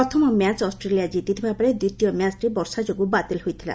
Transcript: ପ୍ରଥମ match Australia ଜିତିଥିବା ବେଳେ ଦ୍ୱିତୀୟ ମ୍ୟାଚ୍ଟି ବର୍ଷା ଯୋଗୁଁ ବାତିଲ ହୋଇଥିଲା